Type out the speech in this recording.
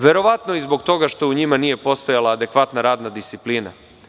Verovatno i zbog toga što i njima nije postojala adekvatna radna disciplina.